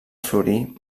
florir